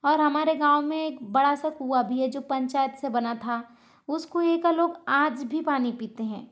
और हमारे गाँव में एक बड़ा सा कुआँ भी है जो पंचायत से बना था उस कुएँ का लोग आज भी पानी पीते हैं